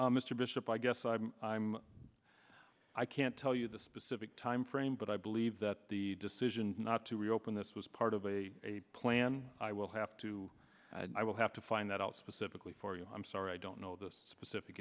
mr bishop i guess i'm i can't tell you the specific timeframe but i believe that the decision not to reopen this was part of a plan i will have to i will have to find that out specifically for you i'm sorry i don't know this specific